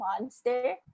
Monster